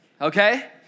Okay